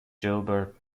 gilbert